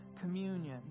communion